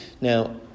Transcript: Now